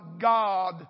God